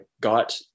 got